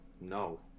no